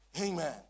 Amen